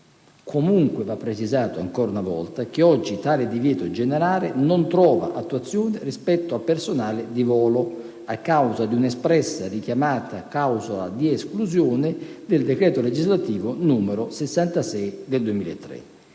Comunque, va precisato ancora una volta che oggi tale divieto generale non trova attuazione rispetto al personale di volo, a causa di un'espressa richiamata clausola di esclusione contenuta nel decreto legislativo n. 66 del 2003.